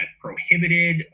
prohibited